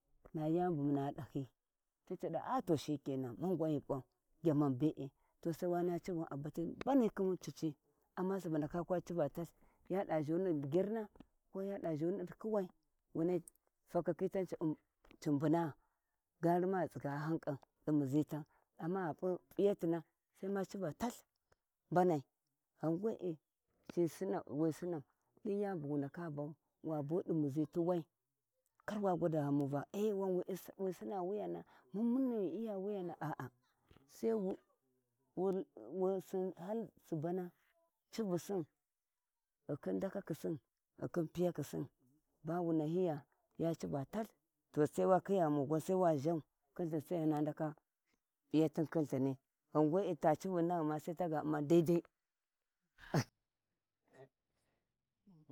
Na yani bu muua dahi spi ca dova to shikenan mun gwan ghu p’a gyama bee to sai wa naba civun a batu mbanai khin cicci amma subu ndaka kwa civa talh ya zhuni di gina ko yada zhuni di kuwai wunai fakakhi tan ci mbuna gani ma ghi tsighan ƙam di muʒi kam, amma gha p’u P’iyatina sai ma civa talh mbanai ghan wee wi sinan din yani yawi bu wu ndaka ban wa bu di muʒi ti wai karwa gwa ghumu va e wan wi sina wuyana aa Sai wu wu sin hala subana civusin ghith in ndakakhisi ghikhin piyakisin ba wu naliya ya civa tah to sai khiya mun sai wa zhau khin llhini ghan wee ta civun naghum sai taga umma ai dai.